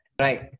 right